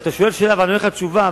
כשאתה שואל ואני עונה לך תשובה,